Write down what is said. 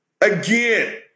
Again